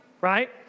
Right